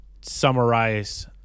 summarize